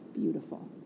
beautiful